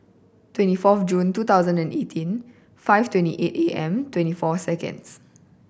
twenty four June two thousand and eighteen five twenty eight A M twenty four seconds